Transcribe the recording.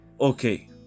Okay